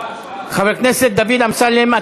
חבר הכנסת דוד אמסלם,